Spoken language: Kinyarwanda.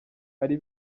ari